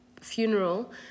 funeral